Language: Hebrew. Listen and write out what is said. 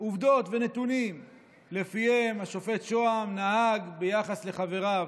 עובדות ונתונים שלפיהם השופט שהם נהג ביחס לחבריו,